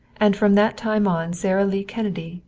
and from that time on sara lee kennedy,